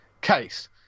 case